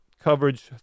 coverage